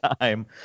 time